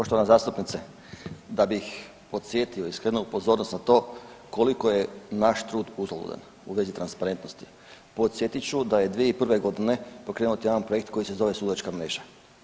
Poštovana zastupnice, da bih podsjetio i skrenuo pozornost na to koliko je naš trud uzaludan u vezi transparentnosti podsjetit ću da je 2001.g. pokrenut jedan projekt koji se zove sudačka mreža.